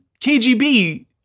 KGB